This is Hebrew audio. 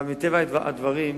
אבל מטבע הדברים,